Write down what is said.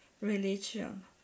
religion